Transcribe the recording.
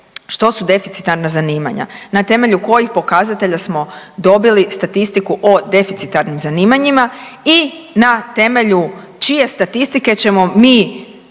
što su deficitarna zanimanja, na temelju kojih pokazatelja smo dobili statistiku o deficitarnim zanimanjima i na temelju čije statistike ćemo mi